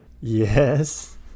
Yes